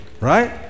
Right